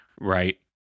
right